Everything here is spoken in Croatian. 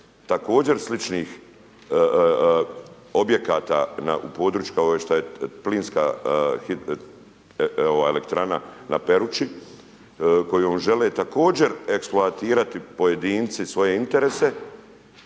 također sličnih objekata u području kao što je plinska, elektrana na Peruči koju žele također eksploatirati pojedinci svoje interese,